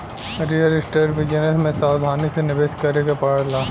real estate business में सावधानी से निवेश करे के पड़ेला